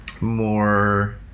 more